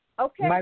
Okay